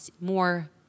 more